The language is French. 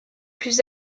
plus